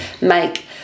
make